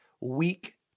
weak